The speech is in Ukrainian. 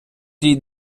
цій